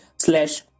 slash